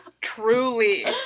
Truly